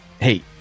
Hey